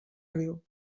riu